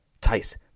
Tice